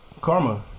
Karma